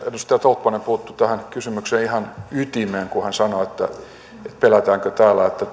edustaja tolppanen puuttui ihan tämän kysymyksen ytimeen kun hän sanoi että pelätäänkö täällä että